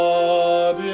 God